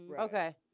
Okay